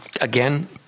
again